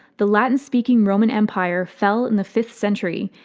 the latin-speaking roman empire fell in the fifth century,